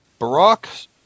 Barack